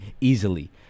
easily